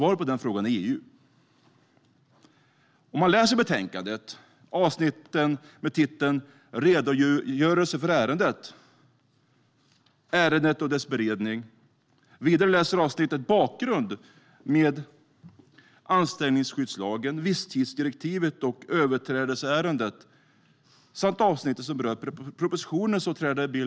Bilden träder fram ganska tydligt om man i betänkandet läser avsnitten Redogörelse för ärendet, Ärendet och dess beredning och vidare avsnittet Bakgrund, där anställningsskyddslagen, visstidsdirektivet och överträdelseärendet behandlas, samt avsnittet som rör propositionen.